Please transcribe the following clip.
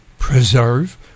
preserve